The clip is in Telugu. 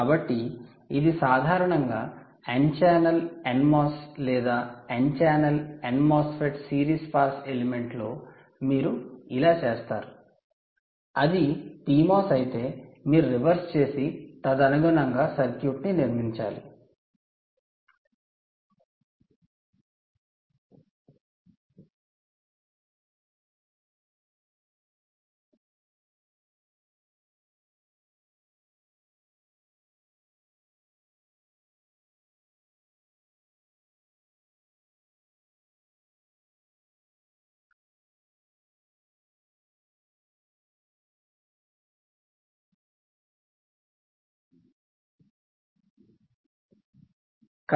కాబట్టి ఇది సాధారణంగా n ఛానల్ NMOS లేదా n channel n MOSFET series pass element లో మీరు ఇలా చేస్తారు అది PMOS అయితే మీరు రివర్స్ చేసి తదనుగుణంగా సర్క్యూట్ను నిర్మించాలి